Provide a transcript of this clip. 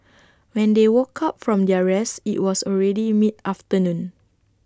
when they woke up from their rest IT was already mid afternoon